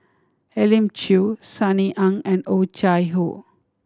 Elim Chew Sunny Ang and Oh Chai Hoo